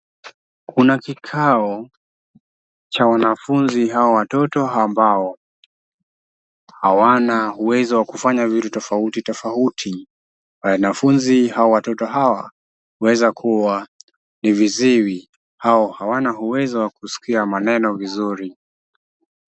Kuna kikao Cha wanafunzi au watoto ambao hawana uwezo wa kufanya vitu tafauti tafauti , wanafunzi au watoto hawa wanaweza kuwa ni viziwi au hawana uwezo wa kusikia maneno vizuri .